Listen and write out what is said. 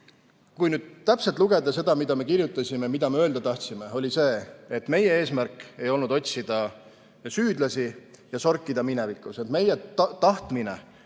Kui nüüd täpselt lugeda seda, mida me kirjutasime, mida me öelda tahtsime, siis meie eesmärk ei olnud otsida süüdlasi ega sorkida minevikus, vaid meie tahtmine